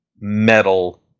metal